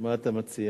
מה אתה מציע?